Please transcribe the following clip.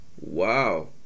Wow